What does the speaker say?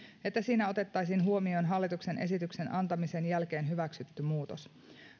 että siinä otettaisiin huomioon hallituksen esityksen antamisen jälkeen hyväksytty muutos